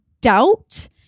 doubt